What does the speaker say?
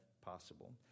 possible